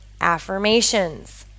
affirmations